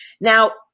Now